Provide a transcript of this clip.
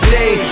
day